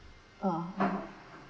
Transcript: ah